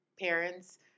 parents